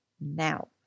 now